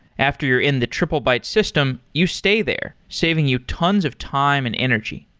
after you're in the triplebyte system, you stay there, saving you tons of time and energy.